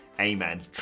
Amen